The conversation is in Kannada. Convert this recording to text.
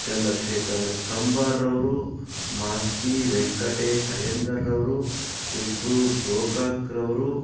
ಚಂದ್ರಶೇಖರ್ ಕಂಬಾರ್ರವರು ಮಾಸ್ತಿ ವೆಂಕಟೇಶ್ ಅಯ್ಯಂಗಾರ್ರವರು ವಿ ಕೃ ಗೋಕಾಕ್ರವರು